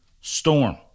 storm